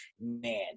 Man